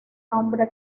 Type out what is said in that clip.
nombre